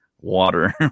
water